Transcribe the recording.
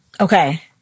Okay